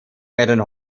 werden